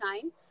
time